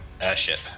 airship